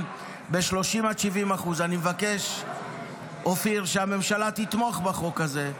ב-30% עד 70%. אני מבקש שהממשלה תתמוך בחוק הזה,